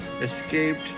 escaped